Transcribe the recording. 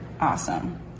Awesome